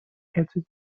этой